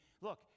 Look